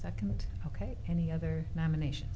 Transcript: second ok any other nomination